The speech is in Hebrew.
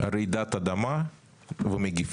רעידת אדמה ומגפה.